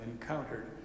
encountered